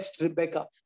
Rebecca